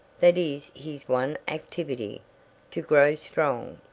that is his one activity to grow strong.